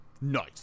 Nice